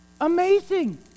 Amazing